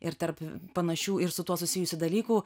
ir tarp panašių ir su tuo susijusių dalykų